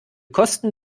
kosten